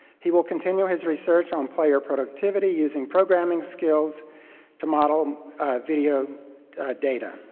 he will continue his research on player productivity using programming skills to model video data.